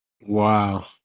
Wow